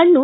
ಹಣ್ಣು